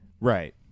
Right